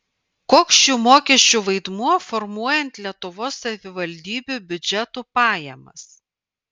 koks šių mokesčių vaidmuo formuojant lietuvos savivaldybių biudžetų pajamas